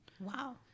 Wow